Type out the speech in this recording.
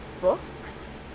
books